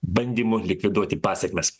bandymu likviduoti pasekmes